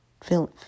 feel